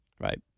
right